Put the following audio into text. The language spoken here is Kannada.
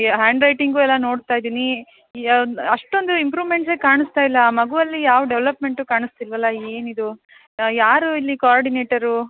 ಹ್ಯಾಂಡ್ ರೈಟಿಂಗು ಎಲ್ಲ ನೋಡ್ತಾಯಿದ್ದೀನಿ ಯಾವ್ದು ಅಷ್ಟೊಂದು ಇಂಪ್ರುಮೆಂಟ್ಸೆ ಕಾಣಿಸ್ತಾ ಇಲ್ಲ ಆ ಮಗುವಲ್ಲಿ ಯಾವ ಡೆವ್ಲಪ್ಮೆಂಟು ಕಾಣಿಸ್ತಿಲ್ವಲ್ಲ ಏನು ಇದು ಯಾರು ಇಲ್ಲಿ ಕೋಆರ್ಡಿನೇಟರು